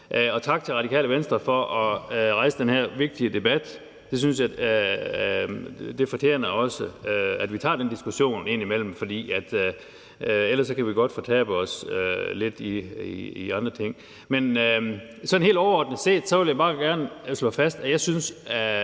Tak til Radikale Venstre for at rejse den her vigtige debat. Det fortjener, at vi tager den diskussion indimellem, for ellers kan vi godt fortabe os lidt i andre ting. Helt overordnet set vil jeg bare gerne slå fast, at jeg synes,